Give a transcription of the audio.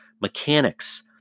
mechanics